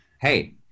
Hey